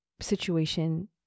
situation